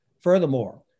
Furthermore